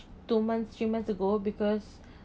two months three months ago because